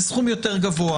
זה סכום יותר גבוה.